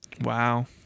Wow